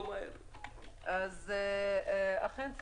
אכן,